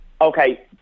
Okay